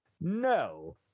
no